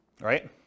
right